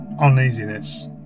uneasiness